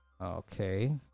Okay